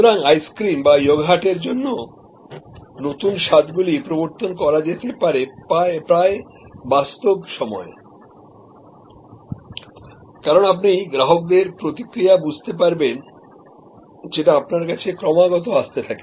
সুতরাং আইসক্রিম বা ইয়গর্টের জন্য নতুন স্বাদগুলি প্রবর্তন করা যেতে পারে প্রায় বাস্তব সময়ে কারণ আপনি গ্রাহকদের প্রতিক্রিয়া বুঝতে পারবেন যেটা আপনার কাছে ক্রমাগত আসতে থাকে